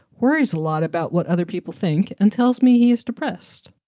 worries a lot about what other people think and tells me. he is depressed.